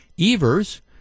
Evers